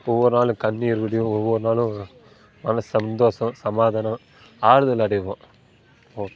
ஒவ்வொரு நாளும் கண்ணீர் விடிய ஒவ்வொரு நாளும் நல்ல சந்தோஷம் சமாதானம் ஆறுதல் அடைவோம் ம்